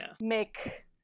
make